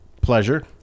pleasure